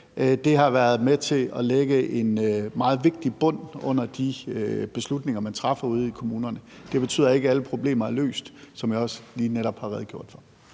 Det har været med til at lægge en meget vigtig bund under de beslutninger, man træffer ude i kommunerne. Det betyder ikke, at alle problemer er løst, hvilket jeg også netop lige har redegjort for.